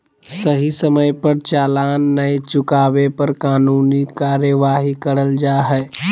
सही समय पर चालान नय चुकावे पर कानूनी कार्यवाही करल जा हय